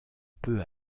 peu